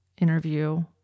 interview